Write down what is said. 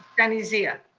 sunny zia.